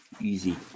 Easy